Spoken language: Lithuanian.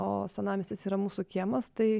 o senamiestis yra mūsų kiemas tai